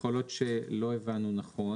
יכול להיות שלא הבנו נכון.